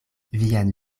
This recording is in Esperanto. vian